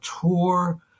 tour